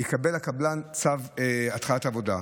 יקבל הקבלן צו התחלת עבודה.